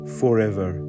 forever